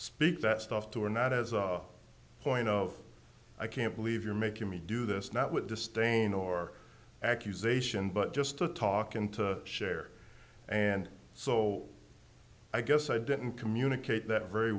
speak that stuff too or not as a point of i can't believe you're making me do this not with disdain or accusation but just a talking to share and so i guess i didn't communicate that very